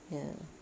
ya